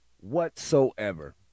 whatsoever